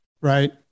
Right